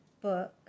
book